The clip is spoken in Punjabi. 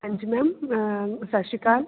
ਹਾਂਜੀ ਮੈਮ ਸਤਿ ਸ਼੍ਰੀ ਅਕਾਲ